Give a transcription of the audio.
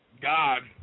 God